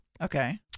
Okay